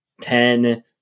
ten